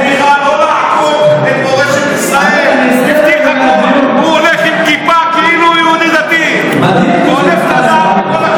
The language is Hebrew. היא הבטיחה שלא לשבת עם יאיר לפיד, לא עם מרצ.